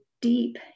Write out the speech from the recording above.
deep